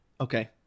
Okay